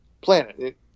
planet